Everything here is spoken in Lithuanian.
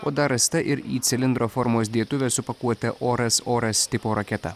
o dar rasta ir į cilindro formos dėtuvę su pakuote oras oras tipo raketa